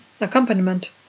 accompaniment